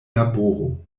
laboro